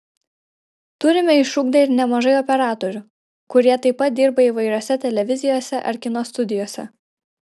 turime išugdę ir nemažai operatorių kurie taip pat dirba įvairiose televizijose ar kino studijose